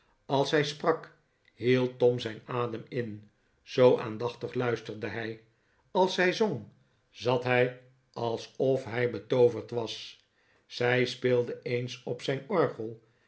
als zij sprak hield tom zijn adem in zoo aandachtig luisterde hij als zij zong zat hij alsof hij betooverd was zij speelde eens op zijn orgel